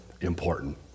important